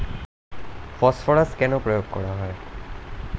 Phosphorus কেন প্রয়োগ করা হয়?